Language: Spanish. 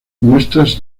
muestras